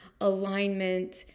alignment